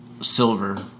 silver